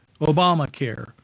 Obamacare